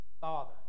Father